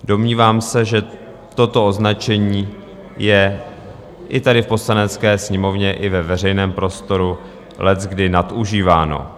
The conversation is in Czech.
Domnívám se, že toto označení je i tady v Poslanecké sněmovně i ve veřejném prostoru leckdy nadužíváno.